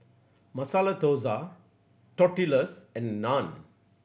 Masala Dosa Tortillas and Naan